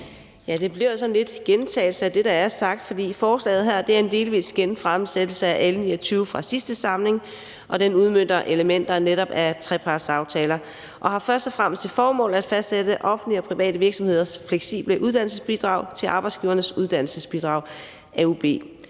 jo sådan lidt en gentagelse af det, der er sagt, for forslaget her er en delvis genfremsættelse af L 29 fra sidste samling, og det udmønter netop elementer af trepartsaftaler og har først og fremmest til formål at fastsætte offentlige og private virksomheders fleksible uddannelsesbidrag til Arbejdsgivernes Uddannelsesbidrag, AUB.